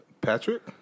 Patrick